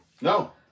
No